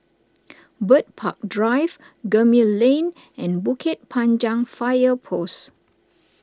Bird Park Drive Gemmill Lane and Bukit Panjang Fire Post